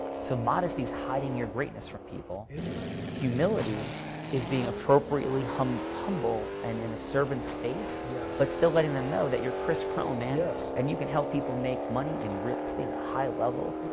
so, modesty is hiding your greatness from people. interesting. humility is being appropriately humble humble and in a servant space yeah but still letting them know that you're kris krohn, man. yes. and you can help people make money in real estate a high-level.